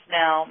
now